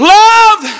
love